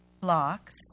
blocks